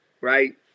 right